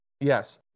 yes